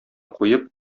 куеп